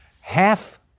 half